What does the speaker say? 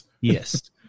Yes